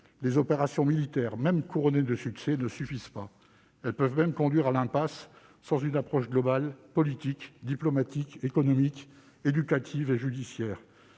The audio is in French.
y compris lorsqu'elles sont couronnées de succès, ne suffisent pas. Elles peuvent même conduire à l'impasse sans une approche globale politique, diplomatique, économique, éducative et judiciaire.